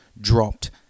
dropped